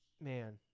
Man